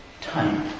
time